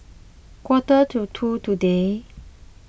quarter to two today